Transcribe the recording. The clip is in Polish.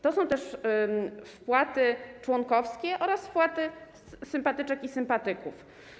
To są też wpłaty członkowskie oraz wpłaty sympatyczek i sympatyków.